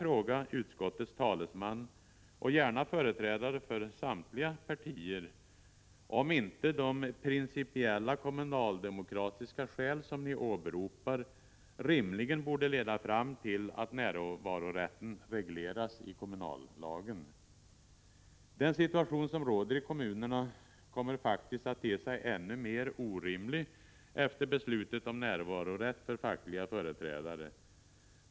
partier — om inte de ”principiella kommunaldemokratiska skäl” som ni åberopar rimligen borde leda fram till att närvarorätten regleras i kommunallagen? Den situation som råder i kommunerna kommer faktiskt att te sig ännu mer orimlig efter beslutet om närvarorätt för fackliga företrädare.